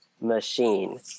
machine